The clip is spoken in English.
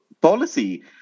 policy